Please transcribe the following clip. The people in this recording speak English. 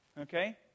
Okay